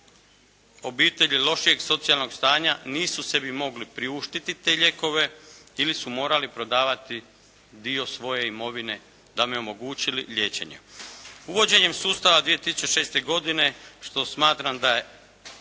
obitelji lošijeg socijalnog stanja nisu sebi mogli priuštiti te lijekove ili su morali prodavati dio svoje imovine da bi omogućili liječenje. Uvođenjem sustava 2006. godine što smatram da je